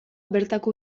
bertako